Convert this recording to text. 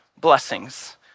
blessings